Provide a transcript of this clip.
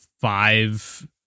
five